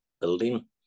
building